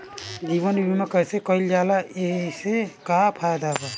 जीवन बीमा कैसे कईल जाला एसे का फायदा बा?